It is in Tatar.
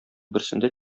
берсендә